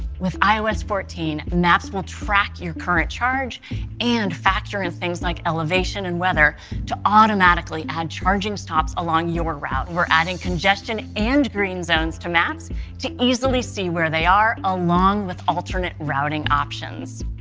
with ios fourteen, maps will track your current charge and factor in things like elevation and weather to automatically add charging stops along your route. we're adding congestion and green zones to maps to easily see where they are along with alternate routing options.